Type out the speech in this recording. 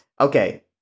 Okay